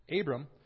Abram